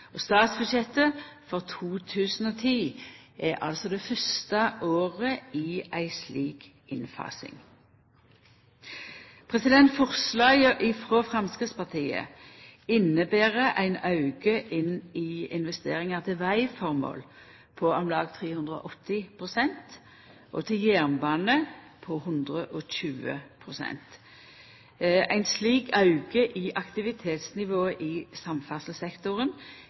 set. Statsbudsjettet for 2010 er altså det fyrste året i ei slik innfasing. Forslaget frå Framstegspartiet inneber ein auke i investeringane til vegformål på om lag 380 pst., og til jernbane på 120 pst. Ein slik auke i aktivitetsnivået i